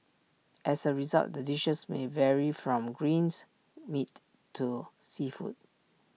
as A result the dishes may vary from greens meat to seafood